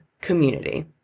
community